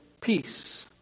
peace